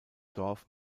dorf